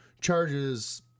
charges